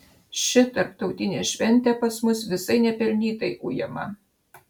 ši tarptautinė šventė pas mus visai nepelnytai ujama